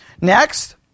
Next